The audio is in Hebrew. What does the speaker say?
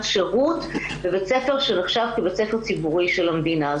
שירות בבית ספר שנחשב כבית ספר ציבורי של המדינה,